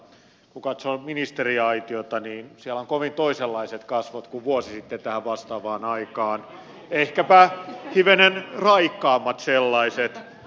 kun katsoo ministeriaitiota niin siellä on kovin toisenlaiset kasvot kuin vuosi sitten tähän vastaavaan aikaan ehkäpä hivenen raikkaammat sellaiset